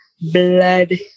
Blood